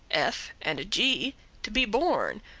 f and g to be born,